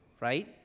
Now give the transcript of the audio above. right